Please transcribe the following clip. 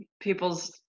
people's